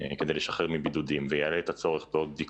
כדי לשחרר מבידודים ויעלה את הצורך בעוד בדיקות,